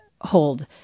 hold